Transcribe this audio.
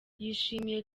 yashimiye